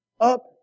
up